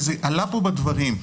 וזה עלה פה בדברים.